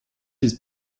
his